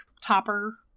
topper